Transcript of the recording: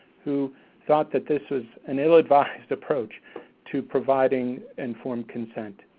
who thought that this was an ill-advised approach to providing informed consent.